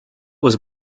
was